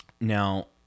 Now